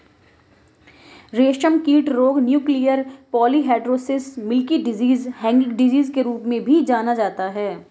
रेशमकीट रोग nuclear polyhedrosis, milky disease, hanging disease के रूप में भी जाना जाता है